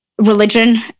religion